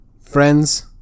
friends